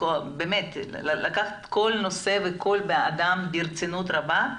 באמת לקחת כל נושא וכל אדם ברצינות רבה,